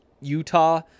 Utah